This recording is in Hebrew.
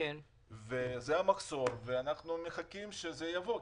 זה המחסור ואנחנו מחכים שזה יבוא,